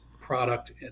product